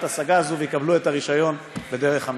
ההשגה הזאת ויקבלו את הרישיון בדרך המלך.